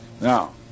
Now